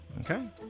Okay